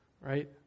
right